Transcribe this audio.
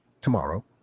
tomorrow